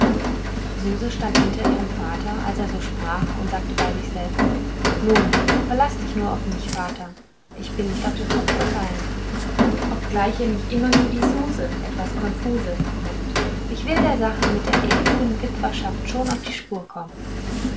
suse stand hinter ihrem vater als er so sprach und sagte bei sich selbst nun verlaß dich nur auf mich vater ich bin nicht auf den kopf gefallen obgleich ihr mich immer nur die suse etwas konfuse nennt ich will der sache mit der ewigen witwerschaft schon auf die spur kommen